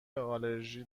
آلرژی